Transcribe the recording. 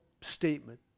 statement